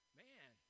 man